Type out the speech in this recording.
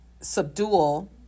subdual